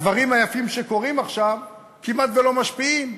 הדברים היפים שקורים עכשיו כמעט לא משפיעים.